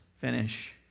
finish